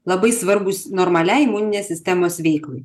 labai svarbūs normaliai imuninės sistemos veiklai